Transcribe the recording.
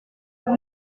vous